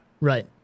right